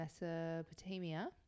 mesopotamia